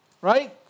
right